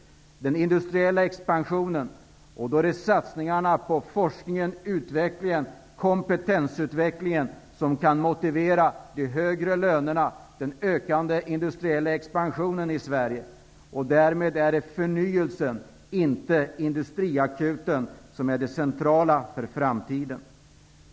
Det är den ökande industriella expansionen, forskningen och kompetensutvecklingen som kan motivera högre löner. Därmed är det förnyelse och inte industriakuten som är det centrala för framtiden.